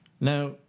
Now